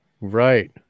right